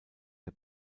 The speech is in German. der